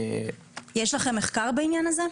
יש לכם מחקר בעניין הזה?